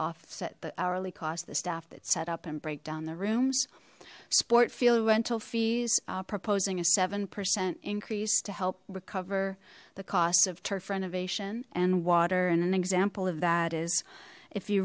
offset the hourly cost the staff that setup and break down the rooms sport field rental fees proposing a seven percent increase to help recover the costs of turf renovation and water and an example of that is if you